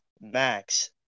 Max